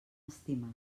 estimar